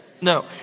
No